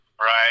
Right